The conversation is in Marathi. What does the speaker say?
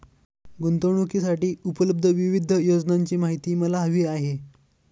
गुंतवणूकीसाठी उपलब्ध विविध योजनांची माहिती मला हवी आहे